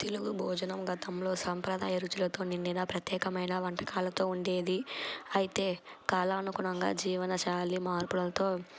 తెలుగు భోజనం గతంలో సాంప్రదాయ రుచులతో నిండిన ప్రత్యేకమైన వంటకాలతో ఉండేది అయితే కాలానుగుణంగా జీవనశాలి మార్పులతో